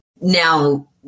now